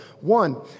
One